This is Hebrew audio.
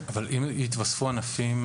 אם יתווספו ענפים,